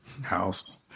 house